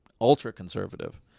ultra-conservative